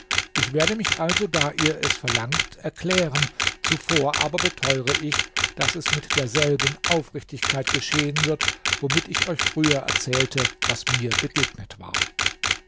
ich werde mich also da ihr es verlangt erklären zuvor aber beteure ich daß es mit derselben aufrichtigkeit geschehen wird womit ich euch früher erzählte was mir begegnet war